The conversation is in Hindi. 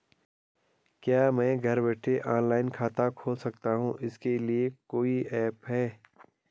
क्या मैं घर बैठे ऑनलाइन खाता खोल सकती हूँ इसके लिए कोई ऐप है?